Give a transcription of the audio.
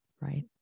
Right